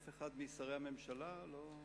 אף אחד משרי הממשלה לא,